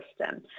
system